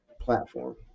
platform